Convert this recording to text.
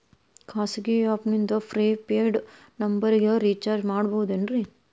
ಖಾಸಗಿ ಆ್ಯಪ್ ನಿಂದ prepaid ನಂಬರಿಗ ರೇಚಾರ್ಜ್ ಮಾಡಬಹುದೇನ್ರಿ?